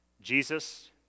Jesus